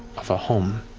of a home,